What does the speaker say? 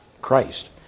Christ